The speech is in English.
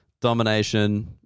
domination